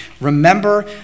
Remember